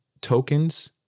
tokens